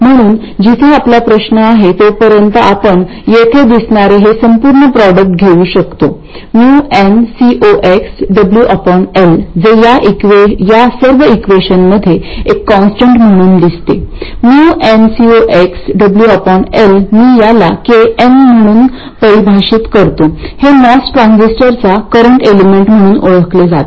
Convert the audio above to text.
म्हणून जिथे आपला प्रश्न आहे तोपर्यंत आपण येथे दिसणारे हे संपूर्ण प्रॉडक्ट घेऊ शकतो µnCox WL जे या सर्व इक्वेशनमध्ये एक कॉन्स्टंट म्हणून दिसते µnCox WL मी याला Kn म्हणून परिभाषित करतो हे मॉस ट्रान्झिस्टरचा करंट एलेमेंट म्हणून ओळखले जाते